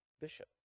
bishop